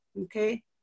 okay